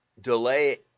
delay